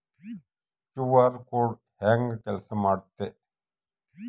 QR code ಹೆಂಗ ಕೆಲಸ ಮಾಡುತ್ತೆ?